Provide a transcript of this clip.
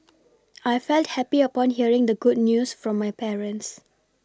I felt happy upon hearing the good news from my parents